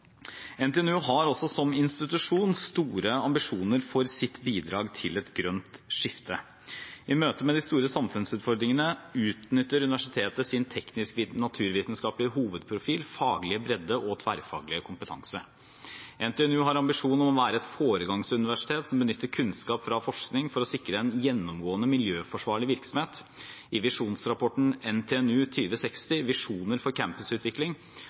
NTNU har som institusjon store ambisjoner for sitt bidrag til et grønt skifte. I møtet med de store samfunnsutfordringene utnytter universitetet sin teknisk-naturvitenskapelige hovedprofil, faglige bredde og tverrfaglige kompetanse. NTNU har ambisjon om å være et foregangsuniversitet som benytter kunnskap fra forskning for å sikre en gjennomgående miljøforsvarlig virksomhet. I visjonsrapporten «NTNU 2060 Visjoner for